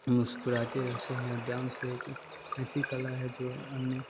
मुस्कुराते रहते हैं डांस एक ऐसी कला है जो अन्य